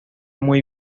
muy